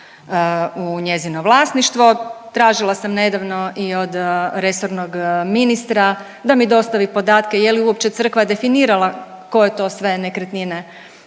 u njezino vlasništvo. Tražila sam nedavno i od resornog ministra da mi dostavi podatke je li uopće crkva definirala koje to sve nekretnine